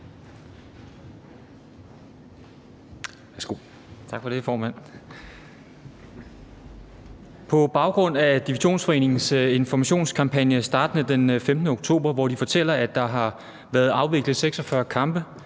På baggrund af Divisionsforeningens informationskampagne startende den 15. oktober, hvor de fortæller, at der er afviklet 46 kampe,